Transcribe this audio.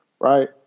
Right